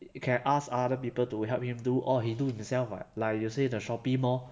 you can ask other people to help him do orh he do himself [what] like you say the shopee mall